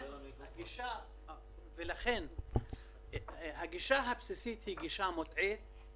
לכן הגישה הבסיסית היא גישה מוטעית,